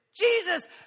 Jesus